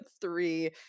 three